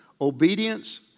Obedience